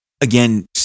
again